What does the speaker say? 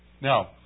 Now